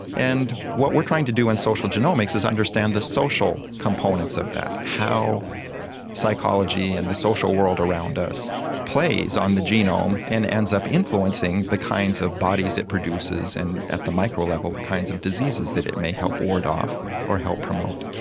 and what we're trying to do in social genomics is understand the social components of that, how psychology and the social world around us plays on the genome and ends up influencing the kinds of bodies it produces and, at the micro level, the kinds of diseases that it may help ward off or help promote.